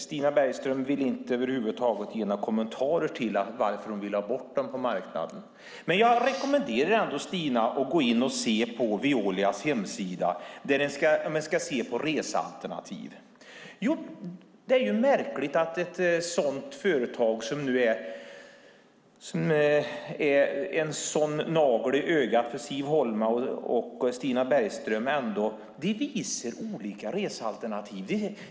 Stina Bergström vill inte ge någon kommentar till varför hon vill få bort dem från marknaden. Jag rekommenderar ändå Stina att gå in och se på Veolias hemsida på resealternativ. Det är märkligt att ett sådant företag, som nu är en sådan nagel i ögat på Siv Holma och Stina Bergström, visar olika resealternativ.